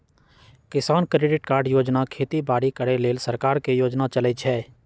किसान credit card योजना खेती बाड़ी करे लेल सरकार के योजना चलै छै